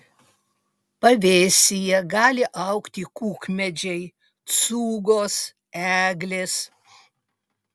pavėsyje gali augti kukmedžiai cūgos eglės